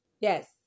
yes